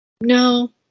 No